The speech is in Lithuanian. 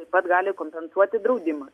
taip pat gali kompensuoti draudimas